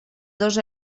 dos